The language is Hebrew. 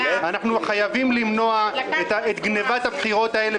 אנחנו חייבים למנוע את גניבת הבחירות האלה.